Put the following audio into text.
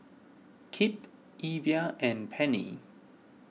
Kipp Evia and Penny